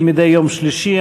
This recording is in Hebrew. כמדי יום שלישי,